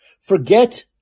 Forget